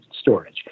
storage